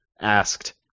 asked